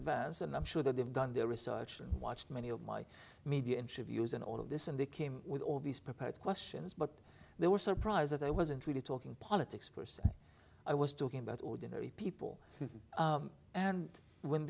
advance and i'm sure they've done their research and watched many of my media interviews and all of this and they came with all these prepared questions but they were surprised that i wasn't really talking politics per se i was talking about ordinary people and when